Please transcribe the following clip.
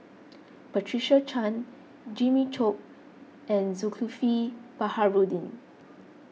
Patricia Chan Jimmy Chok and Zulkifli Baharudin